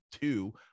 two